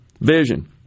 vision